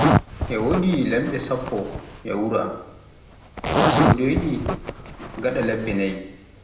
e wodi lampe sappo e wuro am, mi sauyoɗi gaɗa leɓɓi naayi.